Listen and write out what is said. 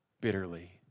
bitterly